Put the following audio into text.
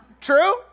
True